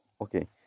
Okay